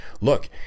look